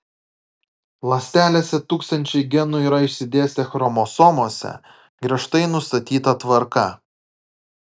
ląstelėse tūkstančiai genų yra išsidėstę chromosomose griežtai nustatyta tvarka